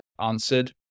answered